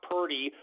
Purdy